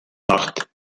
acht